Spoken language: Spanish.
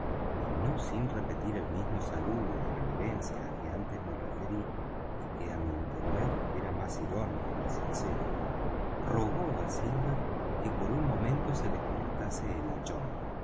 y no sin repetir el mismo saludo ó reverencia á que antes me referí y que á mi entender era más irónico que sincero rogó á silver que por un momento se les prestase el